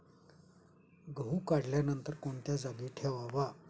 गहू काढल्यानंतर कोणत्या जागी ठेवावा?